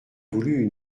voulu